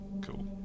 cool